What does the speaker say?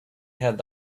had